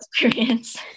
experience